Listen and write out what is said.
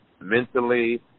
mentally